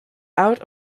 out